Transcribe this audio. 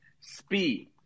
Speed